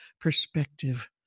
perspective